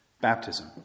baptism